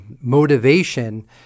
motivation